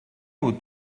بود